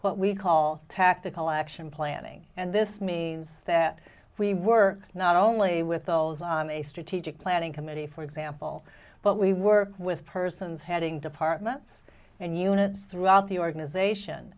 what we call tactical action planning and this means that we were not only with those on a strategic planning committee for example but we were with persons having departments and units throughout the organization